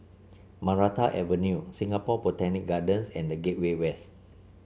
Maranta Avenue Singapore Botanic Gardens and The Gateway West